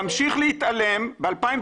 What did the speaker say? להמשיך להתעלם ב-2016,